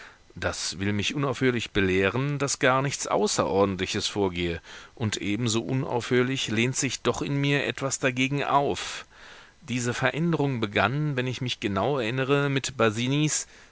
das will mich unaufhörlich belehren daß gar nichts außerordentliches vorgehe und ebenso unaufhörlich lehnt sich doch in mir etwas dagegen auf diese veränderung begann wenn ich mich genau erinnere mit